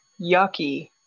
yucky